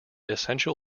essential